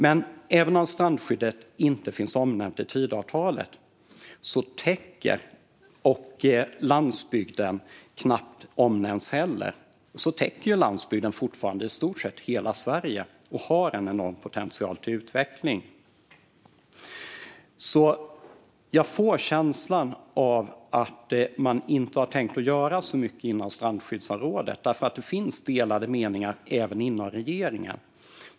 Men även om strandskyddet inte finns omnämnt i Tidöavtalet och landsbygden knappt nämns täcker landsbygden fortfarande i stort sett hela Sverige, och den har en enorm potential för utveckling. Jag får känslan att man inte har tänkt göra så mycket på strandskyddsområdet därför att det finns delade meningar även inom regeringen.